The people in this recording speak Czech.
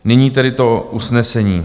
Nyní tedy to usnesení.